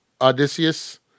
Odysseus